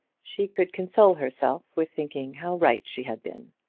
she could console herself with thinking how right she had been.